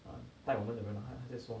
um 带我们的人他再说